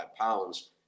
pounds